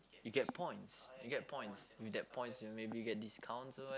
you get points you get points with that points maybe you get discounts or what